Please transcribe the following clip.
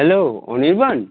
hello Anirban